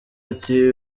ati